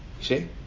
see